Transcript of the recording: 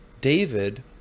David